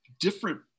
different